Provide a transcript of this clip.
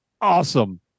awesome